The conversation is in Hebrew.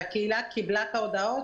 והקהילה קיבלה את ההודעות.